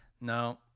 No